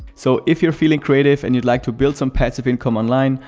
so if you're feeling creative and you'd like to build some passive income online,